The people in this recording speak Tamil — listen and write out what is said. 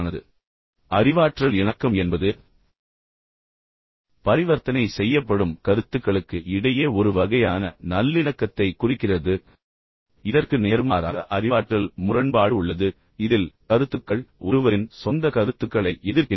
எனவே அறிவாற்றல் இணக்கம் என்பது பரிவர்த்தனை செய்யப்படும் கருத்துக்களுக்கு இடையே ஒரு வகையான நல்லிணக்கத்தைக் குறிக்கிறது இதற்கு நேர்மாறாக அறிவாற்றல் முரண்பாடு உள்ளது இதில் கருத்துக்கள் ஒருவரின் சொந்த கருத்துக்களை எதிர்க்கின்றன